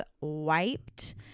wiped